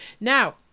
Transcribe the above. Now